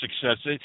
success